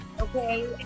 Okay